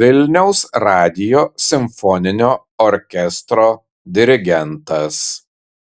vilniaus radijo simfoninio orkestro dirigentas